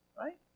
right